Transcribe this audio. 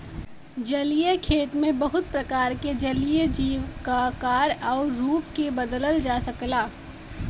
जलीय खेती में बहुत प्रकार के जलीय जीव क आकार आउर रूप के बदलल जा सकला